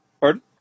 Pardon